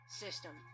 system